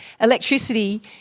electricity